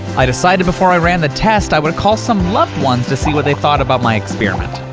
i decided before i ran the test, i would call some loved ones to see what they thought about my experiment.